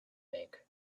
make